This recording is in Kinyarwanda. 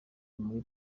muri